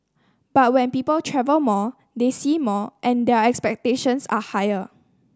but when people travel more they see more and their expectations are higher